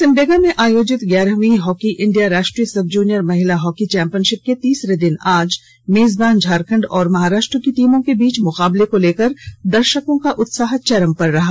सिमडेगा में आयोजित ग्यारहवीं हॉकी इंडिया राष्ट्रीय सब जूनियर महिला हॉकी चैंपियनशिप के तीसरे दिन मेजबान झारखंड और महाराष्ट्र की टीमों के बीच मुकाबले को लेकर दर्शको का उत्साह चरम पर रहा